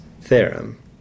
theorem